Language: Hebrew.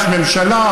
יש ממשלה,